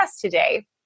today